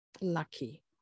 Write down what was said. lucky